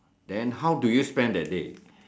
then how do you spend that day